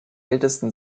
ältesten